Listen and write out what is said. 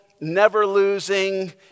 never-losing